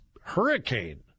hurricane